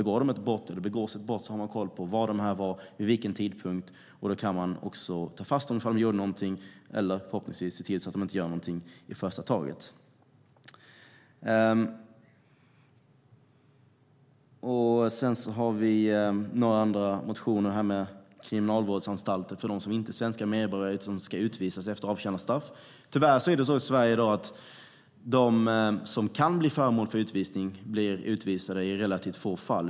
Begås ett brott har man koll på var de var vid vilken tidpunkt. Då kan man också ta fast dem ifall de gjorde någonting och förhoppningsvis se till att de inte gör någonting i första taget. Vi har några andra motioner om kriminalvårdsanstalter för dem som inte är svenska medborgare utan ska utvisas efter avtjänat straff. Tyvärr är det så i Sverige i dag att de som kan bli föremål för utvisning blir utvisade i relativt få fall.